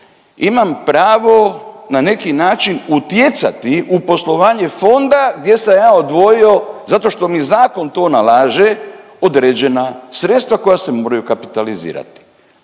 imam pravo na neki način utjecati u poslovanje fonda gdje sam ja odvojio zato što mi zakon to nalaže, određena sredstva koja se moraju kapitalizirati.